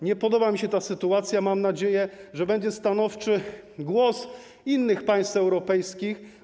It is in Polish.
Nie podoba mi się ta sytuacja, mam nadzieję, że będzie stanowczy głos innych państw europejskich.